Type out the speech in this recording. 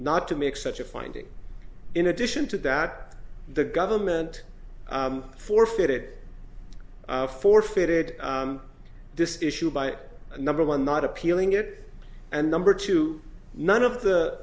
not to make such a finding in addition to that the government forfeited forfeited this issue by number one not appealing it and number two none of the